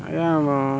ଆଜ୍ଞା ଆମ